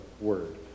word